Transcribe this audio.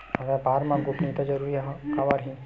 व्यापार मा गोपनीयता जरूरी काबर हे?